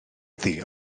iddi